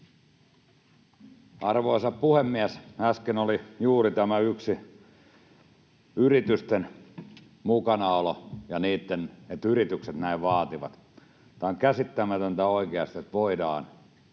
Arvoisa puhemies! Äsken oli juuri tämä yritysten mukanaolo ja se, että yritykset näin vaativat. Tämä on käsittämätöntä oikeasti, että voidaan